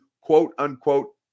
quote-unquote